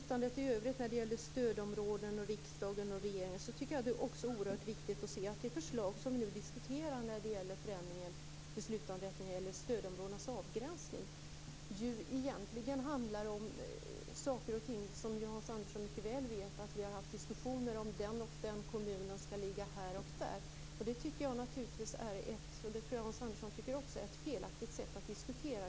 När det i övrigt gäller regeringens respektive riksdagens inflytande i fråga om stödområden tycker jag att det också är viktigt att se att det förslag som vi nu diskuterar, dvs. förändringen av beslutanderätten i fråga om stödområdenas avgränsning, egentligen handlar om sådant som Hans Andersson mycket väl vet att vi har haft diskussioner om, nämligen huruvida den och den kommunen skall ligga här eller där. Det tycker jag är ett felaktigt sätt att diskutera, och det tror jag att Hans Andersson också tycker.